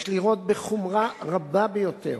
יש לראות בחומרה רבה ביותר